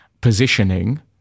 positioning